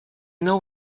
know